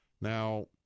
Now